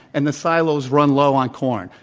and the sil os run low on corn,